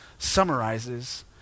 summarizes